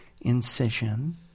incision